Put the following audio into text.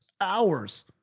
Hours